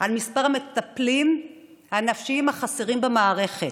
על מספר המטפלים הנפשיים החסרים במערכת.